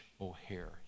O'Hare